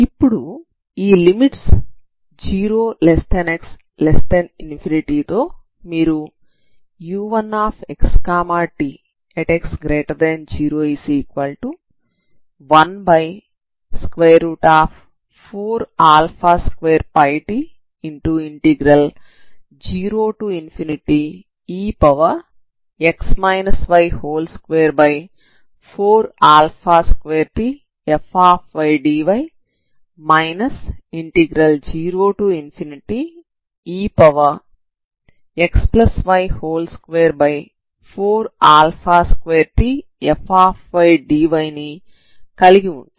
ఇప్పుడు ఈ limits 0x∞ తో మీరు u1xt|x014α2πt0e 242tfdy 0e xy242tfdyని కలిగి ఉంటారు